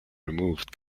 removed